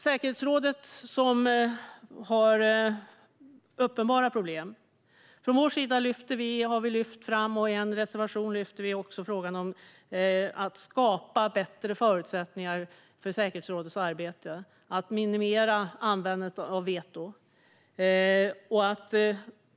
Säkerhetsrådet har uppenbara problem. Vi lyfter i en reservation fram frågan om att skapa bättre förutsättningar för säkerhetsrådets arbete genom att minimera användandet av veto.